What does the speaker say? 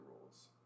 rules